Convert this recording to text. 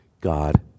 God